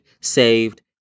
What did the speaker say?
saved